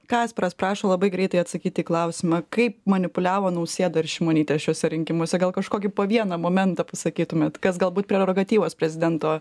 kasparas prašo labai greitai atsakyti į klausimą kaip manipuliavo nausėda ir šimonytė šiuose rinkimuose gal kažkokį po vieną momentą pasakytumėt kas galbūt prerogatyvos prezidento